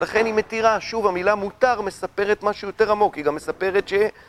לכן היא מתירה, שוב המילה מותר מספרת משהו יותר עמוק, היא גם מספרת ש...